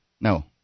No